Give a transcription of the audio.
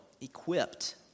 equipped